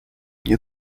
nie